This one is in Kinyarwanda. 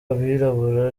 abirabura